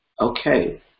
Okay